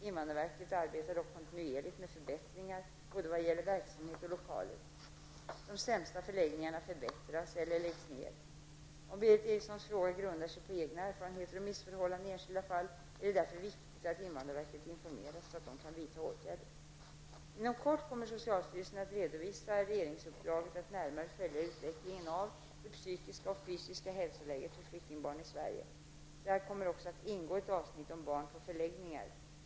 Invandrarverket arbetar dock kontinuerligt med förbättringar både vad gäller verksamhet och lokaler. De sämsta förläggningarna förbättras eller läggs ner. Om Berith Erikssons fråga grundar sig på egna erfarenheter om missförhållanden i enskilda fall är det därför viktigt att invandrarverket informeras, så att det kan vidta åtgärder. Inom kort kommer socialstyrelsen att redovisa regeringsuppdraget att närmare följa utvecklingen av det psykiska och fysiska hälsoläget för flyktingbarn i Sverige. Där kommer också att ingå ett avsnitt om barn på förläggningar.